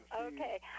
Okay